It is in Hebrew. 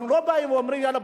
אנחנו לא באים ואומרים: יאללה,